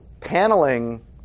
Paneling